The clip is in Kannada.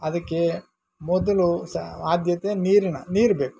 ಅದಕ್ಕೆ ಮೊದಲು ಸ ಆದ್ಯತೆ ನೀರಿನ ನೀರು ಬೇಕು